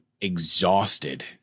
exhausted